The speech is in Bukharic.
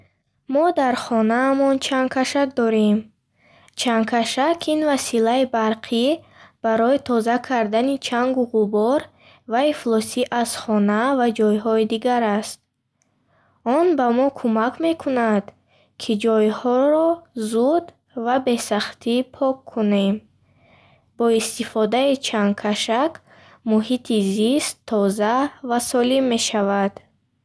Мо дар хонаамон ҷангкашак дорем. Чангкашак ин василаи барқӣ барои тоза кардани чангу ғубор ва ифлосӣ аз хона ва ҷойҳои дигар аст. Он ба мо кӯмак мекунад, ки ҷойҳоро зуд ва бе сахтӣ пок кунем. Бо истифодаи чангкашак муҳити зист тоза ва солим мешавад.